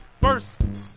First